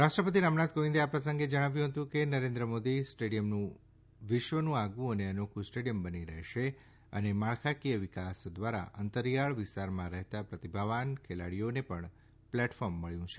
રાષ્ટ્રપતિ રામનાથ કોવિંદે આ પ્રસંગે જણાવ્યું હતું કે નરેન્દ્ર મોદી સ્ટેડિયમ વિશ્વનું આગવું અને અનોખું સ્ટેડિયમ બની રહેશે અને માળખાકીય વિકાસ દ્વારા અંતરિયાળ વિસ્તારમાં રહેતા પ્રતિભાવાન ખેલાડીઓને પણ પ્લેટફોર્મ મબ્યું છે